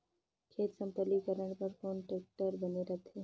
खेत समतलीकरण बर कौन टेक्टर बने रथे?